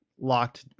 locked